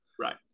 Right